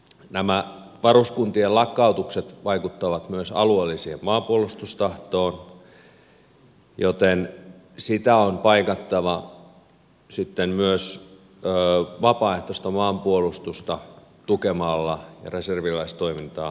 nämä varuskuntien lakkautukset vaikuttavat myös alueelliseen maanpuolustustahtoon joten sitä on paikattava sitten myös vapaaehtoista maanpuolustusta tukemalla ja reserviläistoimintaa tukemalla